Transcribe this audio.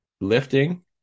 lifting